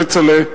כצל'ה,